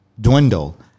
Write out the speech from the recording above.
dwindle